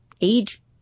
age